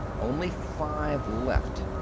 only five left.